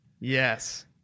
Yes